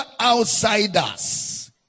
outsiders